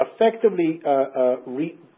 effectively